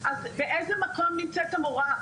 אז באיזה מקום נמצאת המורה?